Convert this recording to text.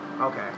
Okay